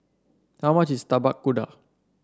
how much is Tapak Kuda